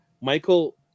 Michael